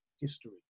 history